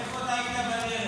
ואיפה איתמר?